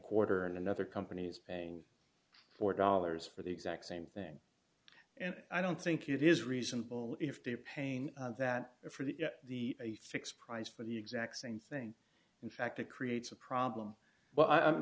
quarter and another company is paying four dollars for the exact same thing and i don't think it is reasonable if they are paying that for the the a fixed price for the exact same thing in fact it creates a problem